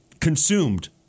consumed